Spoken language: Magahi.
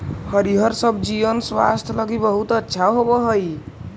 हरिअर सब्जिअन स्वास्थ्य लागी बहुत अच्छा होब हई